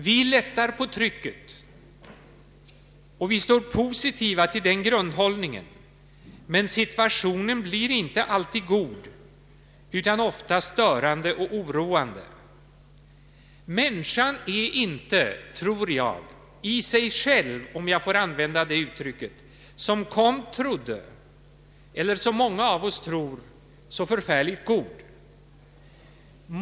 Vi lättar på trycket, och vi står positiva till den grundhållningen, men situationen blir inte alltid god utan ofta störande och oroande. Människan är inte, tror jag, i sig själv, som Comte trodde och som många av oss tror, så förfärligt god.